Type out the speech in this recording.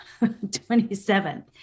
27th